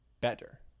better